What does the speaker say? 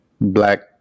black